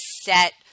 set